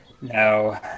No